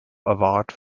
award